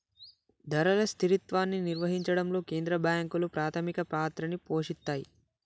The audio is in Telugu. ధరల స్థిరత్వాన్ని నిర్వహించడంలో కేంద్ర బ్యాంకులు ప్రాథమిక పాత్రని పోషిత్తాయ్